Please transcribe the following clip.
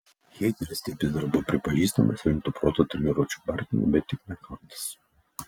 hėgelis taip jis dar buvo pripažįstamas rimtu proto treniruočių partneriu bet tik ne kantas